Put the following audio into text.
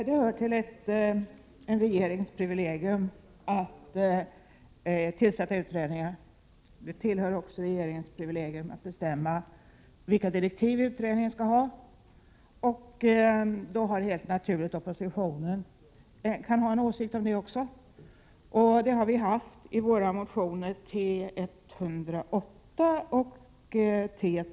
Herr talman! Det är en regerings privilegium att tillsätta utredningar. Det tillhör också regeringens privilegier att bestämma vilka direktiv utredningen skall ha. Det är naturligt att oppositionen kan ha en åsikt om detta, och det har vi haft i våra motioner T108 och T201. Prot.